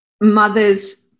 mothers